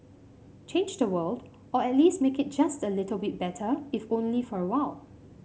change the world or at least make it just the little bit better if only for a while